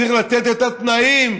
צריך לתת את התנאים,